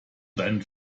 deinen